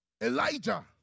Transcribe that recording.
Elijah